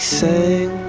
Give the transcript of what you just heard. sang